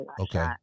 okay